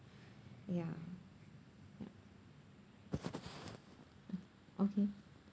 ya yup uh okay